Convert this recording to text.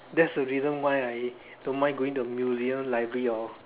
that's the reason why I don't mind going to the museum library or